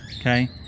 okay